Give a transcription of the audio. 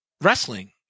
wrestling